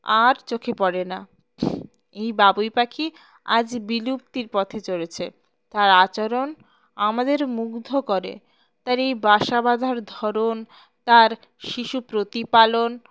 আর চোখে পড়ে না এই বাবুই পাখি আজ বিলুপ্তির পথে চড়ছে তার আচরণ আমাদের মুগ্ধ করে তার এই বাসা বাঁধার ধরন তার শিশু প্রতিপালন